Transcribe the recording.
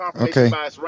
okay